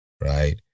right